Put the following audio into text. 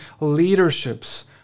leaderships